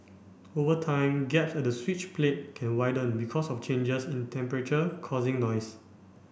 over time gap at the switch plate can widen because of changes in temperature causing noise